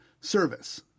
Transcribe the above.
service